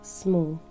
small